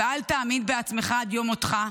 ואל תאמין בעצמך עד יום מותך,